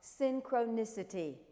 synchronicity